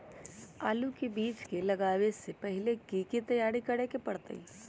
आलू के बीज के लगाबे से पहिले की की तैयारी करे के परतई?